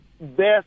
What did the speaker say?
best